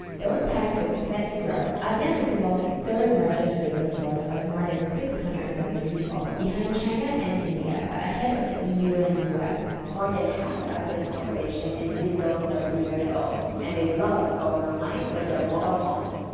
those ties look set to grow. asean has the world's third largest labor force of more than six hundred million people, behind china and india, but ahead of the eu and u s. more than half of asean's population is below thirty years old and they love going online with their mobile phones.